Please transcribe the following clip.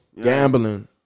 gambling